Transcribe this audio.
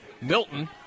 Milton